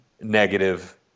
negative